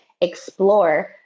explore